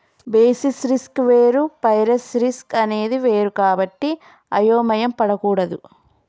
basis risk వేరు price risk అనేది వేరు కాబట్టి అయోమయం పడకూడదు